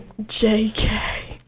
JK